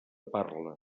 parla